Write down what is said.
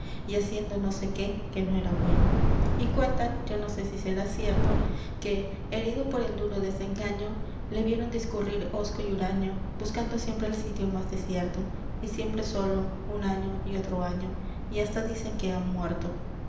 y haciendo no sé qué que no era bueno y cuentan yo no sé si será cierto que herido por el duro desengaño le vieron discurrir hosco y huraño buscando siempre el sitio más desierto y siempre solo un año y otro año y hasta dicen que ha muerto